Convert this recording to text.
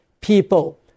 People